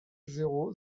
zéro